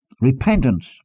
repentance